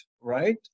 right